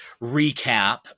recap